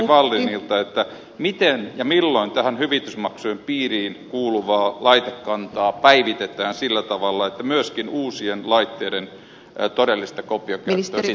miten ja milloin näiden hyvitysmaksujen piiriin kuuluvaa laitekantaa päivitetään sillä tavalla että myöskin uusien laitteiden todellisesta kopiokäytöstä maksetaan korvaus